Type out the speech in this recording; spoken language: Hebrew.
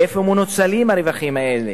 איפה מנוצלים הרווחים האלה,